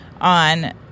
on